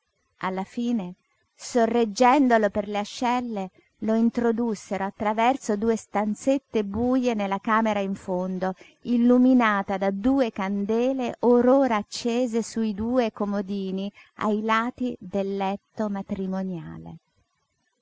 alla fine sorreggendolo per le ascelle lo introdussero a traverso due stanzette buje nella camera in fondo illuminata da due candele or ora accese sui due comodini ai lati del letto matrimoniale